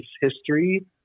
history